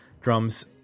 drums